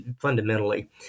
fundamentally